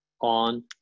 on